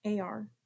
AR